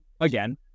again